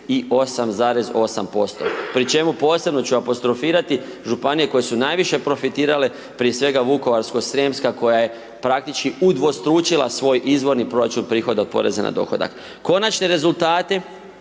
28,8% pri čemu posebno ću apostrofirati županije koje su najviše profitirale prije svega Vukovarsko-srijemska koja je praktički udvostručila svoj izvorni proračun prihoda od poreza na dohodak. Konačne rezultate